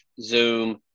Zoom